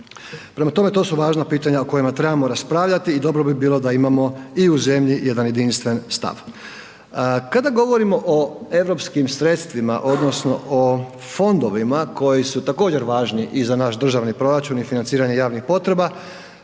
Prema tome, to su važna pitanja o kojima trebamo raspravljati i dobro bi bilo da imamo i u zemlji jedan jedinstven stav. Kada govorimo o europskim sredstvima odnosno o fondovima koji su također važni i za naš državni proračun i financiranje javnih potreba,